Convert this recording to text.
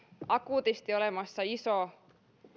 akuutisti olemassa iso